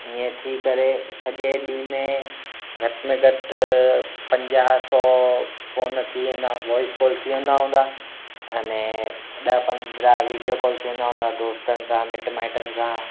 ईअं थी करे सॼे ॾींहं में घट में घटि पंजाह सौ फ़ोन थी वेंदा वॉइस कॉल थी वेंदा हूंदा अने ॾह पंदरहां वीडियो कॉल थी वेंदा हूंदा दोस्तनि सां मिटु माइटनि सां